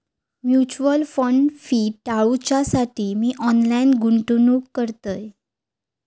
mutual fund fee टाळूच्यासाठी मी online गुंतवणूक करतय